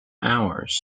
hours